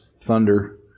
thunder